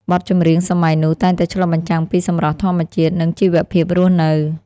បទចម្រៀងសម័យនោះតែងតែឆ្លុះបញ្ចាំងពីសម្រស់ធម្មជាតិ និងជីវភាពរស់នៅ។